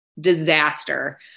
disaster